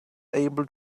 able